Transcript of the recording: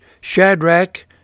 Shadrach